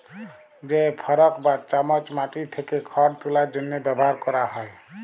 যে ফরক বা চামচ মাটি থ্যাকে খড় তুলার জ্যনহে ব্যাভার ক্যরা হয়